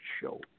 show